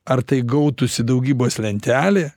ar tai gautųsi daugybos lentelė